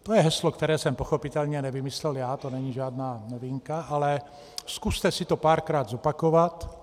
To je heslo, které jsem pochopitelně nevymyslel já, to není žádná novinka, ale zkuste si to párkrát zopakovat.